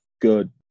good